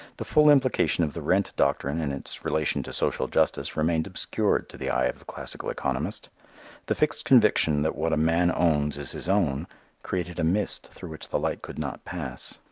the full implication of the rent doctrine and its relation to social justice remained obscured to the eye of the classical economist the fixed conviction that what a man owns is his own created a mist through which the light could not pass.